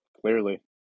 clearly